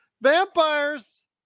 vampires